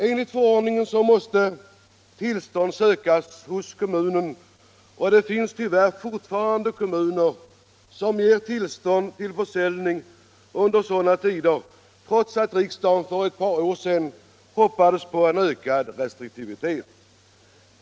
Enligt förordningen måste till stånd sökas hos kommunen, och det finns tyvärr fortfarande kommuner som ger tillstånd till försäljning under sådana tider, trots att riksdagen för ett par år sedan hoppades på en ökad restriktivitet.